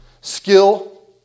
skill